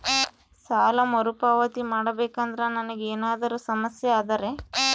ಸಾಲ ಮರುಪಾವತಿ ಮಾಡಬೇಕಂದ್ರ ನನಗೆ ಏನಾದರೂ ಸಮಸ್ಯೆ ಆದರೆ?